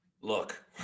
Look